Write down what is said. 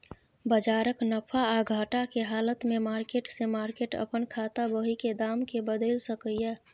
बजारक नफा आ घटा के हालत में मार्केट से मार्केट अपन खाता बही के दाम के बदलि सकैए